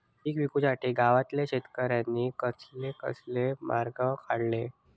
पीक विकुच्यासाठी गावातल्या शेतकऱ्यांनी कसले कसले मार्ग काढले?